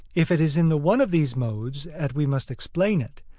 if it is in the one of these modes at we must explain it,